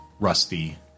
Rusty